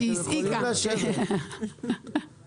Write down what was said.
ולא זו אף זו אלא גם לא שולחים פקיד מקצועי.